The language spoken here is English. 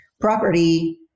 property